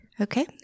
Okay